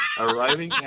Arriving